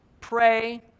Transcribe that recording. pray